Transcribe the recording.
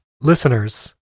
listeners